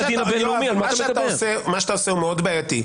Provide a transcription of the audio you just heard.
יואב, מה שאתה עושה הוא מאוד בעייתי.